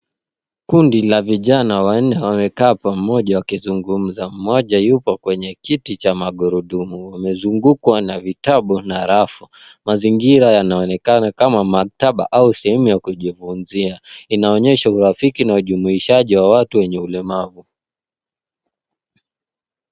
Kundi la vijana wamekaa pamoja wakizungumza, mmoja akiwa kwenye kiti cha magurudumu. Wamezungukwa na vitabu na rafu. Mazingira yanaonekana kama maktaba au chumba cha kujifunzia. Inaonyesha urafiki na ujumuishaji wa watu wenye ulemavu.